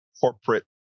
corporate